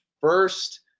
first